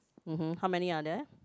mmhmm how many are there